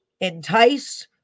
entice